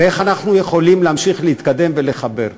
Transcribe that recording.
ואיך אנחנו יכולים להמשיך להתקדם ולחבר?